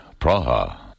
Praha